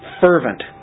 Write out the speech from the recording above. fervent